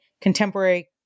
contemporary